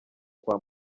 kwa